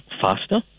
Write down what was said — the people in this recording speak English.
faster